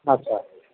আচ্ছা